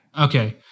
Okay